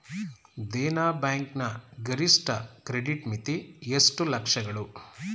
Dena bank ನ ಗರಿಷ್ಠ credit ಮಿತಿ ಎಷ್ಟು ಲಕ್ಷಗಳು?